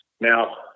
Now